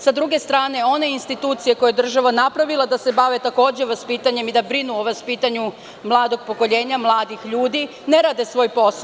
Sa druge strane, one institucije koje je država napravila da se bave takođe vaspitanjem i da brinu o vaspitanju mladog pokoljenja, mladih ljudi, one ne rade svoj posao.